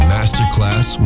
Masterclass